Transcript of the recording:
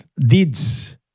deeds